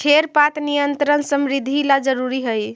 खेर पात नियंत्रण समृद्धि ला जरूरी हई